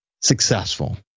successful